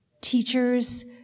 Teachers